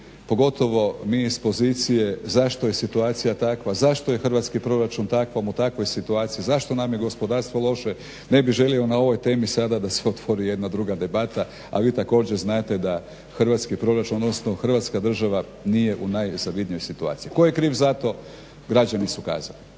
pogotovo mi iz pozicije zašto je situacija takva, zašto je hrvatski proračun u takvoj situaciji, zašto nam je gospodarstvo loše ne bih želio na ovoj temi da se otvori jedna druga debata, a vi također znate da hrvatski proračun odnosno Hrvatska država nije u najzavidnijoj situaciju. Tko je kriv za to? građani su kazali.